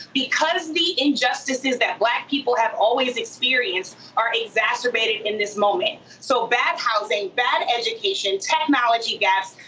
because the injustices that black people have always experienced are exacerbated in this moment. so bad housing, bad education, technology gaps,